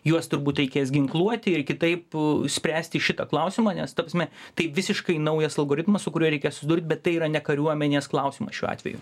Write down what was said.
juos turbūt reikės ginkluoti ir kitaip spręsti šitą klausimą nes ta prasme tai visiškai naujas algoritmas su kuriuo reikia susidurt bet tai yra ne kariuomenės klausimas šiuo atveju